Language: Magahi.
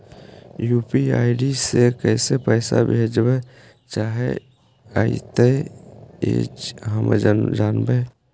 यु.पी.आई से कैसे पैसा भेजबय चाहें अइतय जे हम जानबय?